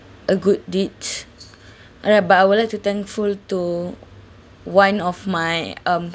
a good deeds alright but I would like to thankful to one of my um